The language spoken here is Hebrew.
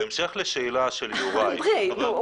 בהמשך לשאלה של יוראי --- אנדרי,